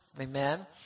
Amen